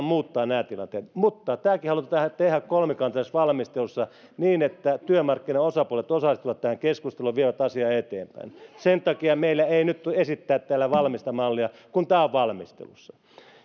muuttaa nämä tilanteet mutta tämäkin halutaan tehdä kolmikantaisessa valmistelussa niin että työmarkkinaosapuolet osallistuvat tähän keskusteluun vievät asiaa eteenpäin sen takia meillä ei nyt ole esittää täällä valmista mallia koska tämä on valmistelussa